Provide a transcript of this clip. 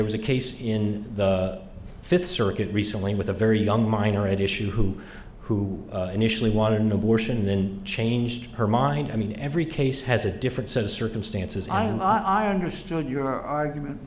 was a case in the fifth circuit recently with a very young minor at issue who who initially wanted an abortion then changed her mind i mean every case has a different set of circumstances imo i understood your argument